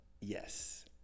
Yes